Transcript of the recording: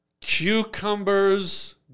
Cucumbers